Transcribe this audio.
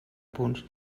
punts